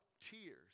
tears